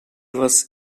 was